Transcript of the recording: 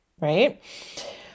right